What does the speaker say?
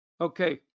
Okay